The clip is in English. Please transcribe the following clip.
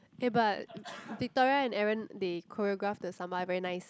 eh but Victoria and Aaron they choreograph the Samba very nice